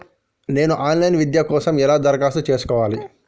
నేను online విద్య కోసం ఎలా దరఖాస్తు చేసుకోవాలి?